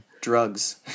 drugs